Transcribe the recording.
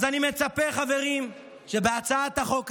אז אני מצפה, חברים, שבהצעת החוק הזו,